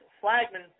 flagman